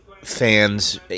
fans